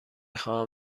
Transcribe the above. خواهم